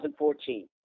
2014